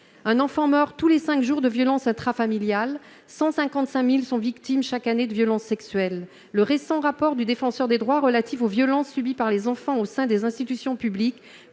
Un enfant meurt tous les cinq jours de violence intrafamiliale ; 155 000 enfants sont victimes chaque année de violences sexuelles. Le récent rapport du Défenseur des droits relatif aux violences subies par les enfants au sein des institutions publiques